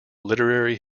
literary